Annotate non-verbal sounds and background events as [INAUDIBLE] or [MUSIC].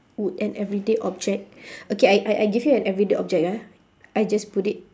would an everyday object [BREATH] okay I I give you an everyday object ah I just put it